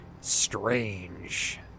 strange